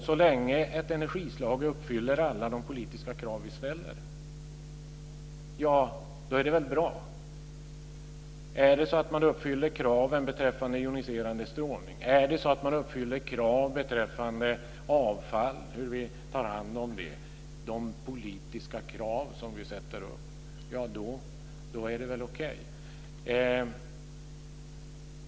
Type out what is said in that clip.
Så länge ett energislag uppfyller alla de politiska krav som vi ställer är det väl bra. Och är det så att kraven beträffande strålning och kraven om hur vi tar hand om avfallet uppfylls - det gäller alltså de politiska krav som vi sätter upp - ja, då är det väl okej.